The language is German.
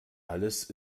alles